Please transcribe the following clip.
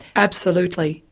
absolutely.